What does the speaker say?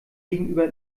gegenüber